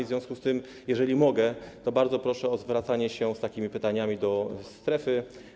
W związku z tym, jeżeli mogę, bardzo proszę o zwracanie się z takimi pytaniami do strefy.